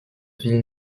ville